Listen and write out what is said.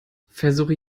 versuche